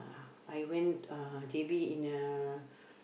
I went uh J_B in a